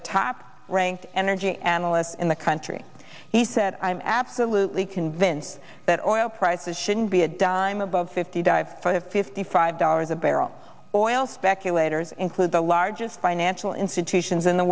the tap ranked energy analyst in the country he said i'm absolutely convinced that oil prices shouldn't be a dime above fifty dive fifty five dollars a barrel oil speculators include the largest anshul institutions in the